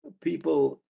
People